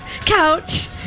couch